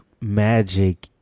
magic